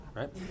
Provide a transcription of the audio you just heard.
right